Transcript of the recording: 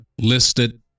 listed